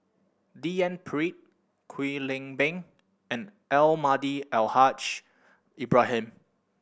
D N Pritt Kwek Leng Beng and Almahdi Al Haj Ibrahim